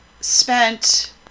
spent